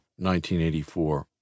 1984